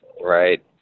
Right